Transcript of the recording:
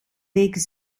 leken